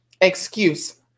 excuse